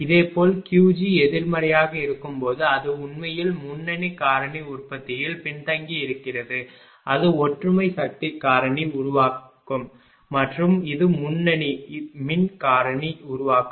இதேபோல் Qg எதிர்மறையாக இருக்கும்போது அது உண்மையில் முன்னணி காரணி உற்பத்தியில் பின்தங்கியிருக்கிறது அது ஒற்றுமை சக்தி காரணி உருவாக்கம் மற்றும் இது முன்னணி மின் காரணி உருவாக்கம்